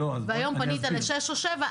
והיום פנית לשש או שבע,